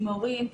עם הורים,